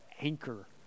anchor